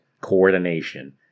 coordination